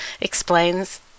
explains